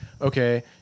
okay